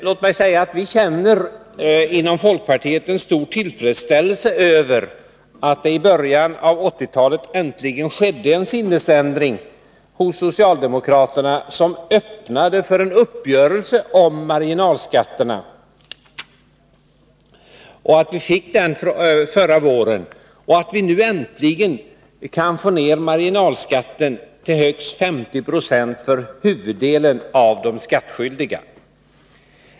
Låt mig säga att vi i folkpartiet känner en stor tillfredsställelse över att det i början av 1980-talet äntligen skedde en sinnesändring hos socialdemokraterna som öppnade för en uppgörelse om en marginalskattereform förra våren och att vi nu äntligen kan få ner marginalskatten till högst 50 96 för huvuddelen av de skattskyldiga.